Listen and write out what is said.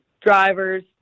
drivers